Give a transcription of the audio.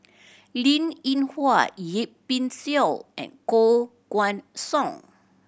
Linn In Hua Yip Pin Xiu and Koh Guan Song